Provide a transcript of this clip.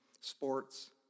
sports